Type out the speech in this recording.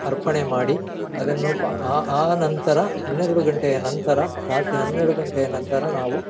ಅರ್ಪಣೆ ಮಾಡಿ ಅದನ್ನು ಆನಂತರ ಹನ್ನೆರಡು ಗಂಟೆಯ ನಂತರ ರಾತ್ರಿ ಹನ್ನೆರಡು ಗಂಟೆಯ ನಂತರ ನಾವು